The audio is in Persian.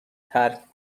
ترک